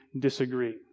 disagree